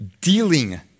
dealing